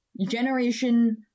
Generation